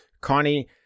connie